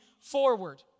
forward